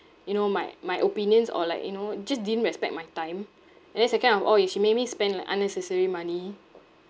you know my my opinions or like you know just didn't respect my time and then second of all is she make me spend like unnecessary money